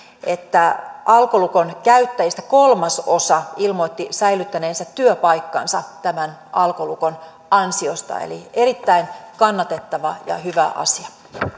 että alkolukon käyttäjistä kolmasosa ilmoitti säilyttäneensä työpaikkansa alkolukon ansiosta eli erittäin kannatettava ja hyvä asia